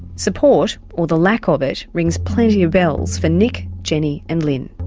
support or the lack ah of it rings plenty of bells for nick, jenny and lyn.